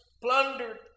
plundered